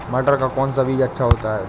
मटर का कौन सा बीज अच्छा होता हैं?